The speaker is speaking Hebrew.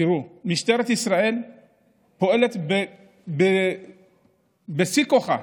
תראו, משטרת ישראל פועלת בשיא כוחה.